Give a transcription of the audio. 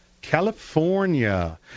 California